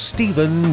Stephen